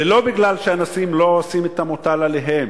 ולא משום שאנשים לא עושים את המוטל עליהם,